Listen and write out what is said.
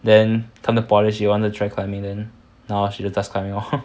then come to poly she want to try climbing then now she just starts climbing lor